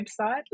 website